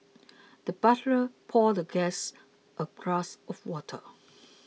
the butler poured the guest a glass of water